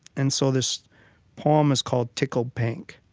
and so this poem is called tickled pink